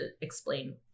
explain